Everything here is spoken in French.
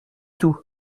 tout